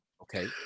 Okay